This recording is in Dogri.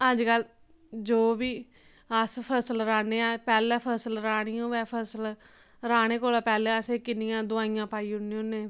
अज्ज कल जो बी अस फसल राह्न्ने आं पैह्लें फसल राह्नी होऐ फसल राह्ने कोला पैह्लें अस किन्नियां दवाइयां पाई ओड़ने होन्ने